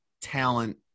talent